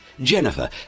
Jennifer